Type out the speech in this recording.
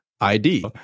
ID